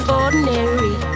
ordinary